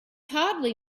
hardly